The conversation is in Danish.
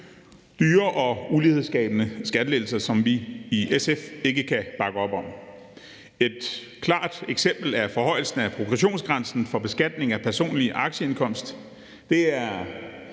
dyre og ulighedsskabende skattelettelser, som vi i SF ikke kan bakke op om. Et klart eksempel er forhøjelsen af progressionsgrænsen for beskatning af personlig aktieindkomst. Det er